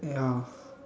ya